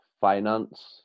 finance